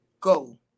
go